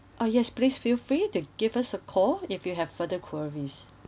uh yes please feel free to give us a call if you have further queries